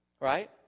Right